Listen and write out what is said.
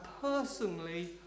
personally